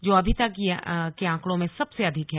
जो अभी तक के आंकड़ो में सबसे अधिक है